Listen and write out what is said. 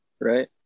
Right